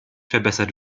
verbessert